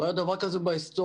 לא היה דבר כזה בהיסטוריה